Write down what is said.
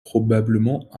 probablement